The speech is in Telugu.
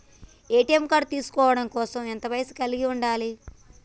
ఏ.టి.ఎం కార్డ్ తీసుకోవడం కోసం ఎంత వయస్సు కలిగి ఉండాలి?